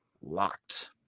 LOCKED